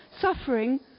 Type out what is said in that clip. suffering